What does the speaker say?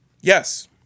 Yes